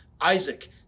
Isaac